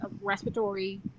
respiratory